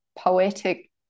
poetic